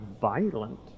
violent